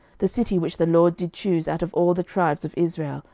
the city which the lord did choose out of all the tribes of israel,